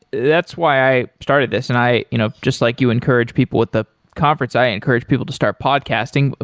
that's why i started this and i you know just like you encourage people with the conference, i encourage people to start podcasting,